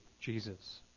Jesus